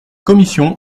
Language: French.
commission